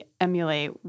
emulate